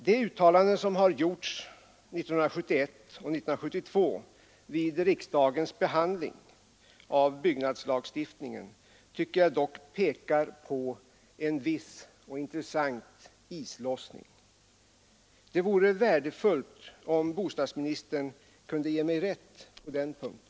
De uttalanden som har gjorts 1971 och 1972 vid riksdagens behandling av byggnadslagstiftningen tycker jag dock pekar på en viss intressant islossning. Det vore värdefullt om bostadsministern kunde ge mig rätt på den punkten.